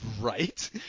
right